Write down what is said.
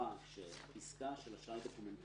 אני לא רוצה שזה יחזור על עצמו ולכן אני מקווה